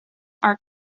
are